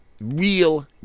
real